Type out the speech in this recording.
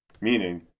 meaning